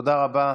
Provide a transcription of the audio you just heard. תודה רבה.